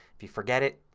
if you forget it,